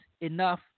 enough